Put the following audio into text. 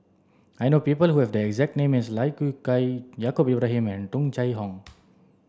I know people who have the exact name as Lai Kew Chai Yaacob Ibrahim Tung Chye Hong